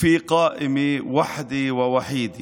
( שיש רשימה אחת ויחידה